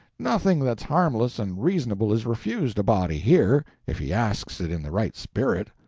nothing that's harmless and reasonable is refused a body here, if he asks it in the right spirit.